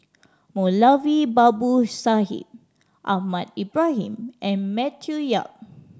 Moulavi Babu Sahib Ahmad Ibrahim and Matthew Yap